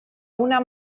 una